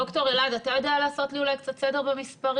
ד"ר אלעד, אתה יודע לעשות לי קצת סדר במספרים?